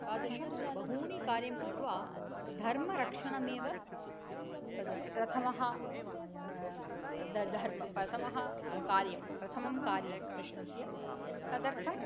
तादृशं बहूनि कार्यं कृत्वा धर्मरक्षणमेव तद् प्रथमः धर्मः प्रथमं कार्यं प्रथमं कार्यं कृष्णस्य तदर्थम्